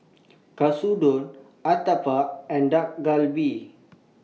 Katsudon Uthapam and Dak Galbi